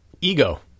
Ego